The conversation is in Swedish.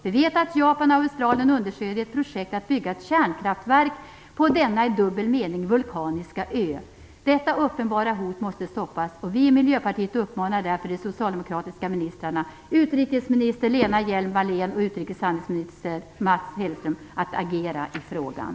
Vi vet att Japan och Australien understöder ett projekt som går ut på att bygga ett kärnkraftverk på denna i dubbel mening vulkaniska ö. Detta uppenbara hot måste stoppas, och vi i Miljöpartiet uppmanar därför de socialdemokratiska ministrarna utrikesminister Lena Hjelm-Wallén och utrikeshandelsminister Mats Hellström att agera i frågan.